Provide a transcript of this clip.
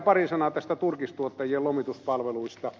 pari sanaa näistä turkistuottajien lomituspalveluista